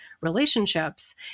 relationships